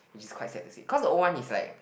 is it quite sad to see cause the old one is like